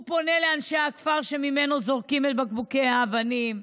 הוא פונה לאנשי הכפר שממנו זורקים את הבקבוקים והאבנים,